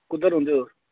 कुद्धर रौंह्दे ओ तुस